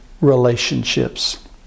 relationships